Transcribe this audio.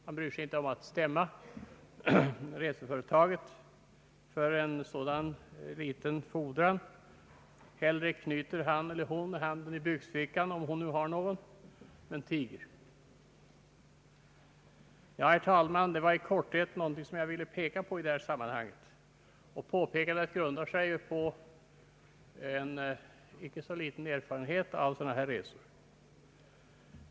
Han bryr sig således inte om att stämma reseföretaget för en sådan liten fordran, utan han får knyta handen i byxfickan och tiga. Ja, herr talman, det var i korthet vad jag ville peka på i detta sammanhang. Påpekandet grundar sig på en inte så liten erfarenhet av sådana här resor.